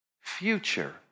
future